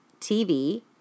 TV